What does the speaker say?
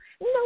No